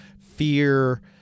fear